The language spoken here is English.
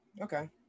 Okay